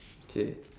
okay